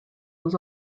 was